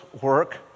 work